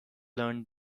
learned